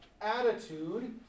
attitude